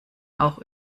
auch